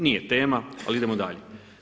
Nije tema, ali idemo dalje.